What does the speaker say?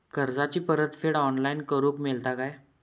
कर्जाची परत फेड ऑनलाइन करूक मेलता काय?